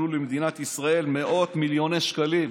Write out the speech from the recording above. נגד ראש הממשלה בעצם נפתחו למעלה מ-20 חקירות,